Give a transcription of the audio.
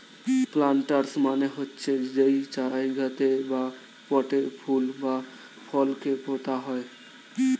planters মানে হচ্ছে যেই জায়গাতে বা পটে ফুল বা ফল কে পোতা হয়